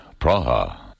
Praha